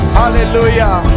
hallelujah